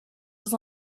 was